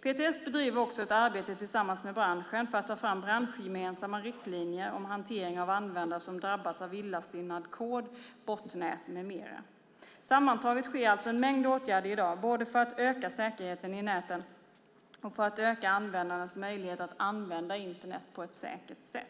PTS bedriver också ett arbete tillsammans med branschen för att ta fram branschgemensamma riktlinjer om hantering av användare som drabbats av illasinnad kod, botnät med mera. Sammantaget vidtas alltså en mängd åtgärder i dag både för att öka säkerheten i näten och för att öka användarnas möjligheter att använda Internet på ett säkert sätt.